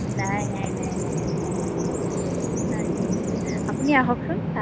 নাই নাই নাই নাই নাই নাই আপুনি আহকচোন